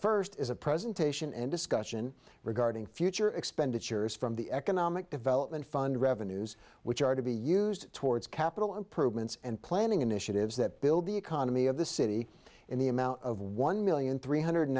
first is a presentation and discussion regarding future expenditures from the economic development fund revenues which are to be used towards capital improvements and planning initiatives that build the economy of the city in the amount of one million three hundred